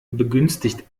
begünstigt